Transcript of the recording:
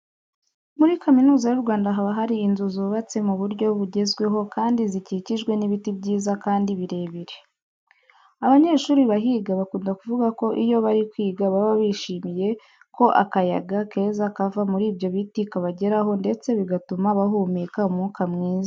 Muri Kaminuza y'u Rwanda haba hari inzu zubatse mu buryo bugezweho kandi zikikijwe n'ibiti byiza kandi birebire. Abanyeshuri bahiga bakunda kuvuga ko iyo bari kwiga baba bishimiye ko akayaga keza kava muri ibyo biti kabageraho ndetse bigatuma bahumeka umwuka mwiza.